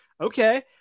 okay